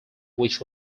which